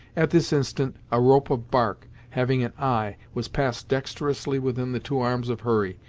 at this instant a rope of bark, having an eye, was passed dexterously within the two arms of hurry,